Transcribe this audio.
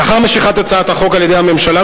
לאחר משיכת הצעת החוק על-ידי הממשלה,